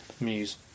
Muse